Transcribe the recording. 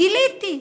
גיליתי,